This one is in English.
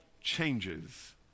changes